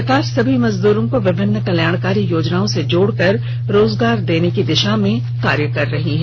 सरकार सभी मजदूरों को विभिन्न कल्याणकारी योजनाओं से जोड़कर रोजगार देने की दिशा में कार्य कर रही है